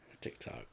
TikTok